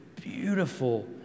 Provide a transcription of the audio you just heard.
beautiful